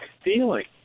stealing